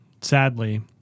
sadly